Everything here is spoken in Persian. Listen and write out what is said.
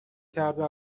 کرده